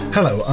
Hello